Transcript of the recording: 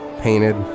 painted